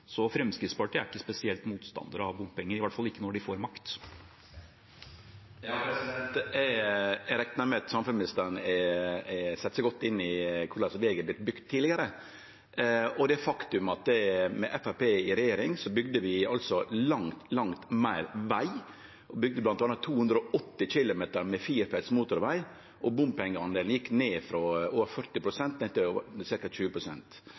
Så Fremskrittspartiet er ikke spesielt motstander av bompenger, i hvert fall ikke når de får makt. Eg reknar med at samferdselsministeren har sett seg godt inn i korleis vegar vart bygde tidlegare, og det faktum at med Framstegspartiet i regjering bygde vi altså langt, langt meir veg. Vi bygde bl.a. 280 km med firefelts motorveg, og bompengedelen gjekk ned frå over 40